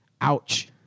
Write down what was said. Ouch